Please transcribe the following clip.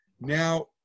Now